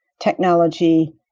technology